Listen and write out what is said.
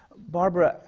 barbara,